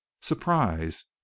surprise